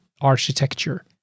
architecture